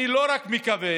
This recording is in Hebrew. אני לא רק מקווה.